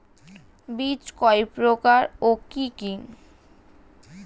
বীজ কয় প্রকার ও কি কি?